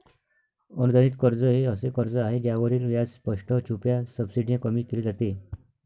अनुदानित कर्ज हे असे कर्ज आहे ज्यावरील व्याज स्पष्ट, छुप्या सबसिडीने कमी केले जाते